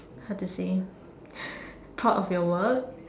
how to say proud of your work